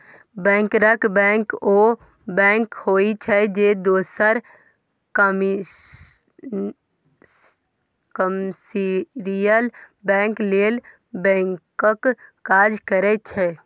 बैंकरक बैंक ओ बैंक होइ छै जे दोसर कामर्शियल बैंक लेल बैंकक काज करै छै